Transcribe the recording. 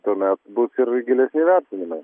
tuomet bus ir gilesni vertinimai